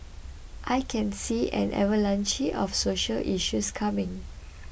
I can see an avalanche of social issues coming